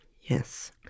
Yes